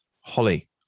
Holly